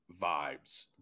vibes